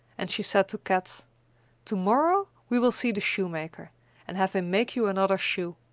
and she said to kat to-morrow we will see the shoemaker and have him make you another shoe.